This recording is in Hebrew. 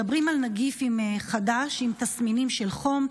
מדברים על נגיף חדש עם תסמינים של חום,